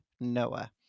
Noah